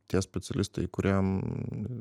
tie specialistai kuriem